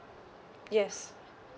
yes